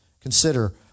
Consider